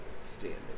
standing